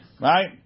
right